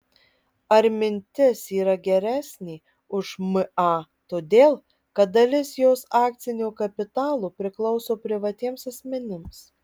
ar mintis yra geresnė už ma todėl kad dalis jos akcinio kapitalo priklauso privatiems asmenims